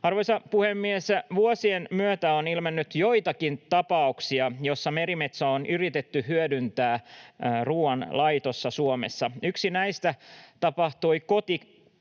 Arvoisa puhemies! Vuosien myötä on ilmennyt joitakin tapauksia, joissa merimetsoa on yritetty hyödyntää ruoanlaitossa Suomessa. Yksi näistä tapahtui kotikunnassani